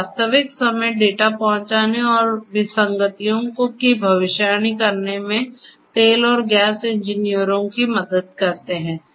वे वास्तविक समय डेटा पहुंचने और विसंगतियों की भविष्यवाणी करने में तेल और गैस इंजीनियरों की मदद करते हैं